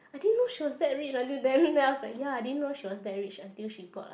I didn't know she was that rich until then then I was like ya I didn't know she was that rich until she bought lah